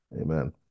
Amen